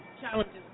challenges